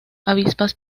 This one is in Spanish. avispas